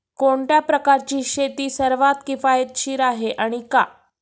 कोणत्या प्रकारची शेती सर्वात किफायतशीर आहे आणि का?